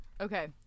Okay